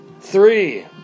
Three